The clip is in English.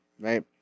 right